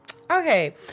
okay